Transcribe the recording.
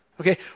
Okay